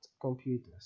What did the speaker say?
computers